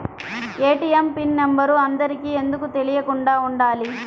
ATM pin number అందరికి ఎందుకు తెలియకుండా ఉండాలి?